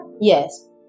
yes